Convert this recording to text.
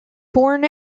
born